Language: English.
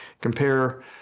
Compare